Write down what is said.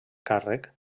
càrrec